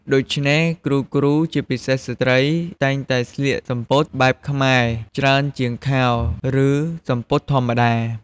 ដូច្នេះ គ្រូៗជាពិសេសស្ត្រីតែងតែស្លៀកសំពត់បែបខ្មែរច្រើនជាងខោ ឬ សំពត់ធម្មតា។